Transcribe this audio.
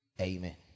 Amen